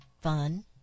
fun